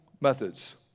methods